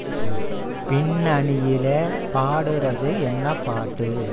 பின்னணியில் பாடுவது என்ன பாட்டு